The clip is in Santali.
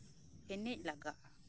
ᱮᱱᱮᱡ ᱞᱟᱜᱟᱜᱼᱟ